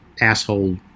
asshole